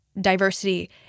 diversity